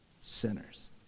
sinners